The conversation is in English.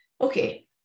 Okay